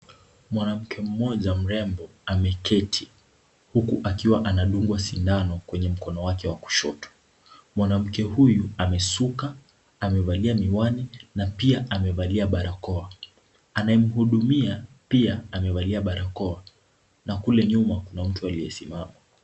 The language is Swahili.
Mwanamke mmoja mrembo ameketi huku akiwa anadungungwa sindano kwenye mkono wake wa kushoto. Mwanamke huyu amesuka, amevalia miwani na pia amevalia barakoa. Anayemhudumia pia amevalia barakoa na kule nyuma kuna mtu aliyesimama.